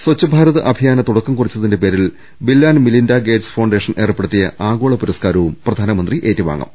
സച്ഛ്ഭാരത് അഭിയാന് തുടക്കം കുറിച്ചതിന്റെ പേരിൽ bill and Melinda Gates ഫൌണ്ടേ ഷൻ ഏർപ്പെടുത്തിയ ആഗോള പുരസ്കാരവും പ്രധാനമന്ത്രി ഏറ്റുവാങ്ങും